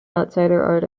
outsider